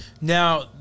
now